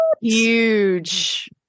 huge